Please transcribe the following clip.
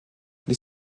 les